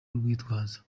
urwitwazo